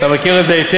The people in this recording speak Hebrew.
אתה מכיר את זה היטב,